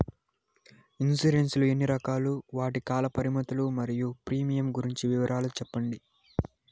Insurance లు ఎన్ని రకాలు? వాటి కాల పరిమితులు మరియు ప్రీమియం గురించి వివరాలు సెప్పండి?